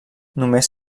només